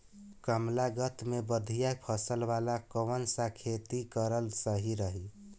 कमलागत मे बढ़िया फसल वाला कौन सा खेती करल सही रही?